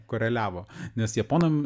koreliavo nes japonam